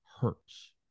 hurts